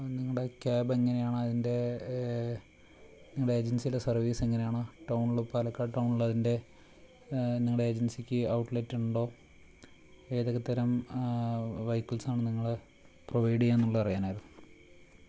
നിങ്ങടെ ക്യാബ് എങ്ങനെയാണ് അതിൻ്റെ നിങ്ങളുടെ ഏജൻസിയുടെ സർവ്വീസ് എങ്ങനെയാണ് ടൗണിൽ പാലക്കാട് ടൗണിൽ അതിൻ്റെ നിങ്ങടെ ഏജൻസിക്ക് ഔട്ട്ലെറ്റുണ്ടോ ഏതൊക്കെ തരം വെഹിക്കിൾസാണ് നിങ്ങൾ പ്രൊവൈഡ് ചെയ്യുന്നുള്ളത് അറിയാനായിരുന്നു